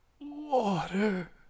water